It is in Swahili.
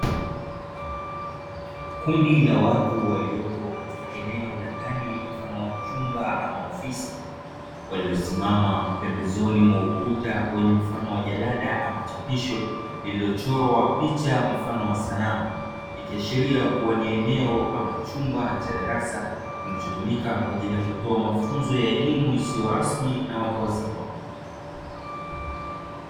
Kundi la watu waliopo katika eneo la ndani mfano wa chumba ama ofisi, waliosimama pembezoni mwa ukuta wenye mfano wa jalada ama chapisho lililochorwa picha mfano wa sanaa, ikiashiria kuwa ni eneo ama chumba cha darasa kilichotumika kwa ajili ya kutoa mafunzo ya elimu isiyo rasmi na watu wazima.